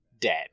dead